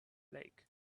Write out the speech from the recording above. lake